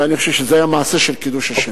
ואני חושב שזה היה מעשה של קידוש השם.